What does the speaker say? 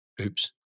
oops